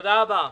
תודה רבה.